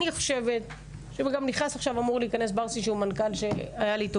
אמור להיכנס עכשיו מנכ"ל חדש,